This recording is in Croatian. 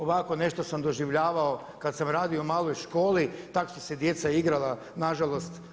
Ovako nešto sam doživljavao kad sam radio u maloj školi, tak' su se djeca igrala na žalost.